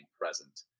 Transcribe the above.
present